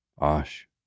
Osh